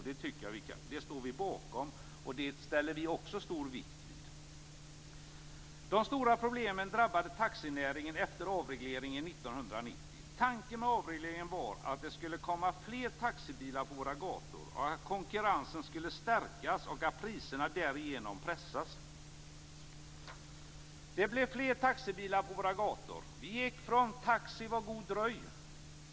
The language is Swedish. Det står vi bakom, och det lägger vi också stor vikt vid. De stora problemen drabbade taxinäringen efter avregleringen 1990. Tanken med avregleringen var att det skulle komma fler taxibilar på våra gator och att konkurrensen skulle stärkas och priserna därigenom pressas. Det blev fler taxibilar på våra gator. Vi gick från "Taxi, var god dröj!"